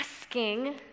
asking